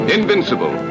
Invincible